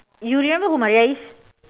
you remember who Maria is